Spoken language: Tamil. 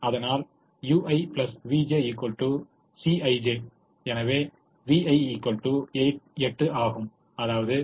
அதனால் ui vj Cij எனவே v1 8 ஆகும் அதாவது v1 8